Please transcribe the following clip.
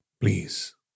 Please